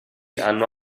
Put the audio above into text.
hanno